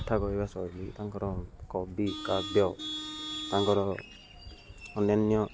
କଥା କହିବା ସହି ତାଙ୍କର କବି କାବ୍ୟ ତାଙ୍କର ଅନ୍ୟାନ୍ୟ